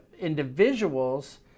individuals